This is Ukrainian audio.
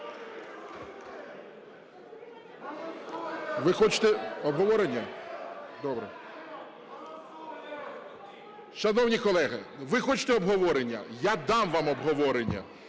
Ви хочете обговорення? Добре. Шановні колеги, ви хочете обговорення, я дам вам обговорення.